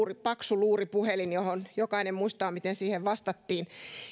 paksu luuripuhelin josta jokainen muistaa miten siihen vastattiin